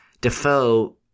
Defoe